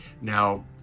Now